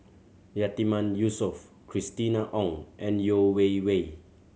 Yatiman Yusof Christina Ong and Yeo Wei Wei